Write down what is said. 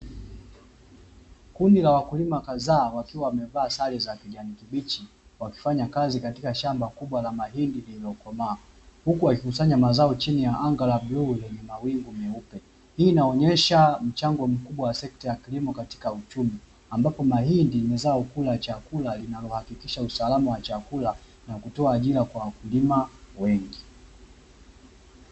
Kundi la wakulima kadhaa wakiwa wamevaa sare za kijani kibichi, wakifanya kazi katika shamba kubwa la mahindi yalililokomaa. Huku wa kikusanya mazao chini ya anga la bluu lenye mawingu meupe. Hii inaonyesha mchango mkubwa wa sekta ya kilimo katika uchumi. Ambapo mahindi ni zao kuu la chakula linalohakikisha usalama wa chakula na kutoa ajira kwa wakulima wengi.